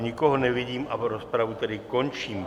Nikoho nevidím, rozpravu tedy končím.